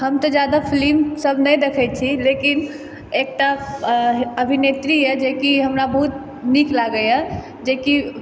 हम तऽ जादा फिल्म सब नहि देखै छी लेकिन एकटा अभिनेत्री अय जेकि हमरा बहुत नीक लागै यऽ जेकि